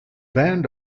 band